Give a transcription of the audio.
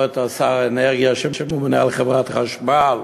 או את שר האנרגיה, שממונה על חברת החשמל,